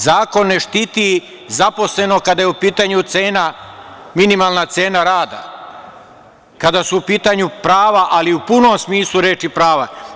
Zakon ne štiti zaposlenog kada je u pitanju minimalna cena rada, kada su u pitanju prava, ali u punom smislu reči prava.